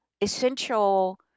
essential